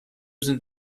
sind